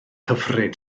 hyfryd